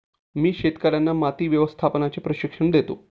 मी शेतकर्यांना माती व्यवस्थापनाचे प्रशिक्षण देतो